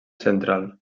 central